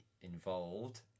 involved